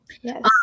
Yes